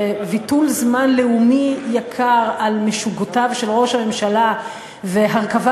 בביטול זמן לאומי יקר על משוגותיו של ראש הממשלה והרכבה